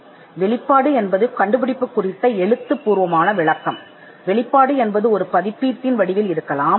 இப்போது வெளிப்படுத்தல் என்பது கண்டுபிடிப்பின் எழுதப்பட்ட விளக்கமாகும் வெளிப்படுத்தல் ஒரு வெளியீட்டின் வடிவத்தில் இருக்கலாம்